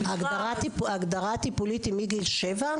ההגדרה הטיפולית היא מגיל שבע?